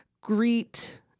greet